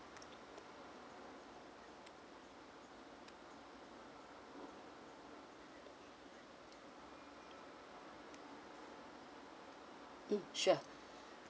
mm sure